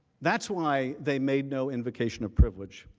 that's why they made no invocation of privilege.